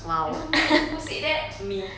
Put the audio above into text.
you know who who said that me